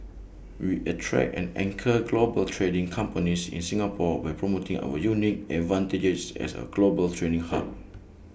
we attract and anchor global trading companies in Singapore by promoting our unique advantages as A global trading hub